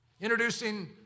Introducing